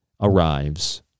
arrives